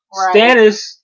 Stannis